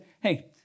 hey